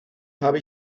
habe